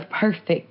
perfect